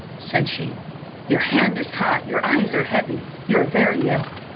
said she your hand is hot your eyes are heavy you are very ill.